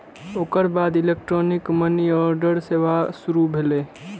ओकर बाद electronic money order सेवा शुरू भेलै